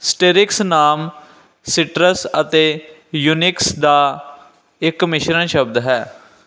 Citrix ਨਾਮ citrus ਅਤੇ Unix ਦਾ ਇੱਕ ਮਿਸ਼ਰਣ ਸ਼ਬਦ ਹੈ